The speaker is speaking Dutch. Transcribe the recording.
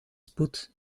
spoed